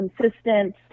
consistent